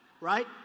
right